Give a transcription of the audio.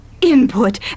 Input